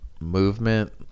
movement